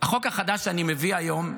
שאני מביא היום,